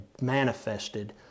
manifested